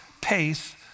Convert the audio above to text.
pace